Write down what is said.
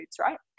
right